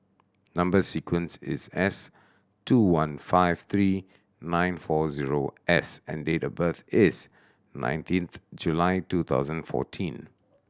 number sequence is S two one five three nine four zero S and date of birth is nineteenth July two thousand fourteen